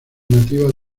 nativas